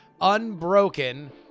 unbroken